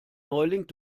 neuling